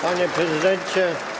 Panie Prezydencie!